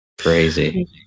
Crazy